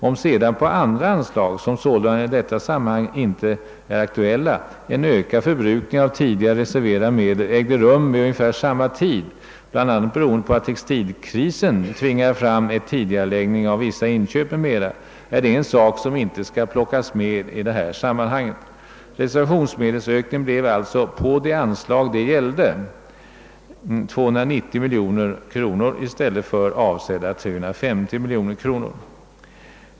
Om sedan på andra anslag, som sålunda i detta sammanhang inte är aktuella, en ökad förbrukning av tidigare reserverade medel ägt rum vid ungefär samma tidpunkt — bl.a. beroende på att textilkrisen tvingade fram en tidigareläggning av vissa inköp m.m. — är det en sak som inte skall plockas med i detta sammanhang. Reservationsmedelsökningen blev alltså, på de anslag det gällde, 290 miljoner kronor i stället för avsedda 350 miljoner.